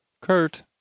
Kurt